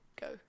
go